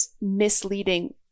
misleading